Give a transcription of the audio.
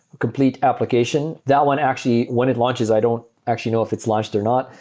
complete application. that one actually when it launches, i don't actually know if it's launched or not.